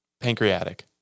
Pancreatic